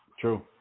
True